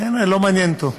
הנה, לא מעניין אותו.